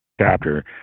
chapter